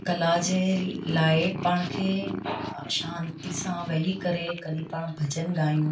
कला जे लाइ पाण खे शांती सां वेही करे कॾहिं पाण भॼन ॻाइयूं